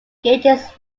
gauges